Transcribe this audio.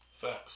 facts